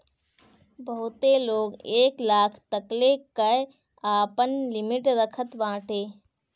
बहुते लोग एक लाख तकले कअ आपन लिमिट रखत बाटे